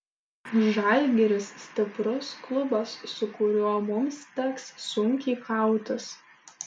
žalgiris stiprus klubas su kuriuo mums teks sunkiai kautis